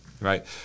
right